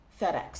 FedEx